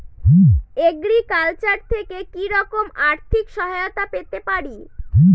Agriculture থেকে কি রকম আর্থিক সহায়তা পেতে পারি?